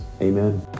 Amen